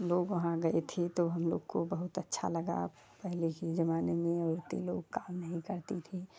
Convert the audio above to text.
हम लोग वहाँ गए थे तो हम लोग को बहुत अच्छा लगा पहले के ज़माने में औरतें लोग काम नहीं करती थीं